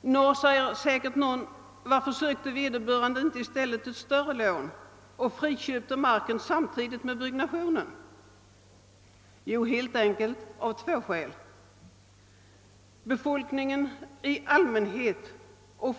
Någon frågar säkert varför vederbörande inte i stället sökte ett större lån och friköpte marken samtidigt med att han byggde. Orsakerna var två. Befolkningen i allmänhet men